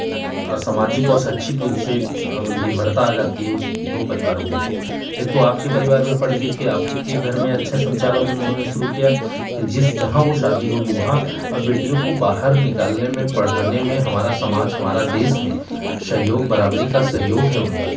अ समाजिक और शैक्षिक रूप से निर्भरता आ जाती है उस दो परिवारों पर एक तो आपके परिवार में पढ़ लिख कर आपके घर में अच्छा संचालन उन्होने शुरू किया फिर जिस जहाँ वह शादी होगी वहाँ और बेटियों को बाहर निकालने में पढ़ाने में हमारा समाज हमारे देश में सहयोग बराबरी का सहयोग है उनका